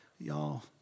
Y'all